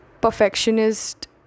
perfectionist